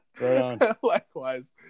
Likewise